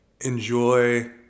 enjoy